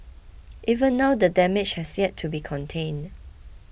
even now the damage has yet to be contained